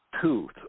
tooth